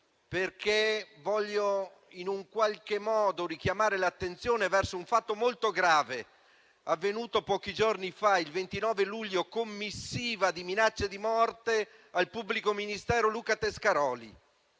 io voglio in qualche modo richiamare l'attenzione verso un fatto molto grave, avvenuto pochi giorni fa, il 29 luglio, con missiva di minacce di morte inviata al pubblico ministero Luca Tescaroli: